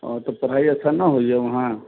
ओ तऽ पढ़ाइ अच्छा न होइय वहाँ